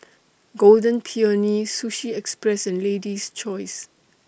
Golden Peony Sushi Express and Lady's Choice